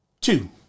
two